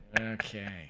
Okay